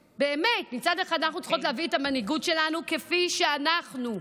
מצד אחד אנחנו צריכות להביא את המנהיגות שלנו כפי שאנחנו,